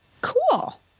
cool